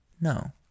No